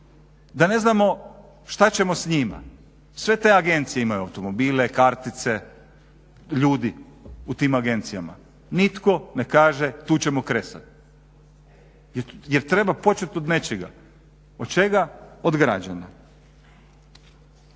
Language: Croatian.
da ne znamo šta ćemo s njima. Sve te agencije imaju automobile, kartice, ljudi u tim agencijama. Nitko ne kaže tu ćemo kresati jer treba počet od nečega. Od čega, od građana.